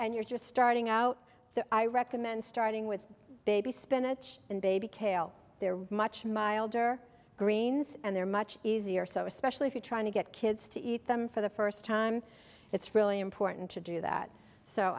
and you're just starting out i recommend starting with baby spinach and baby kale they're much milder greens and they're much easier so especially if you're trying to get kids to eat them for the first time it's really important to do that so